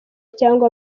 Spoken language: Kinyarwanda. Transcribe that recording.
cyangwa